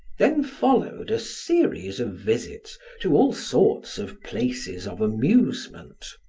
then followed a series of visits to all sorts of places of amusement.